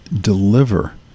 deliver